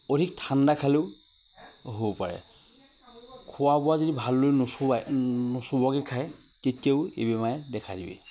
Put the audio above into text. অধিক ঠাণ্ডা খালেও হ'ব পাৰে খোৱা বোৱা যদি ভালদৰে নোচোবায় নোচোবোৱাকৈ খায় তেতিয়াও এই বেমাৰে দেখা দিয়ে